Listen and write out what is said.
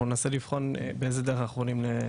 אנחנו ננסה לבחון באיזו דרך אנחנו יכולים.